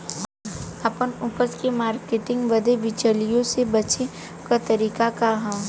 आपन उपज क मार्केटिंग बदे बिचौलियों से बचे क तरीका का ह?